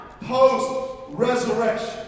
post-resurrection